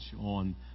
on